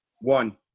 One